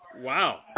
Wow